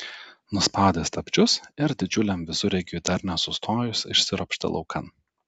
nuspaudė stabdžius ir didžiuliam visureigiui dar nesustojus išsiropštė laukan